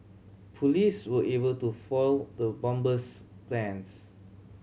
police were able to foil the bomber's plans